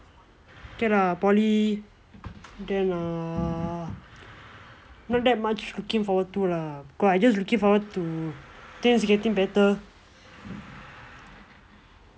okay lah poly then err not that much looking forward to lah because I just looking forward to things getting better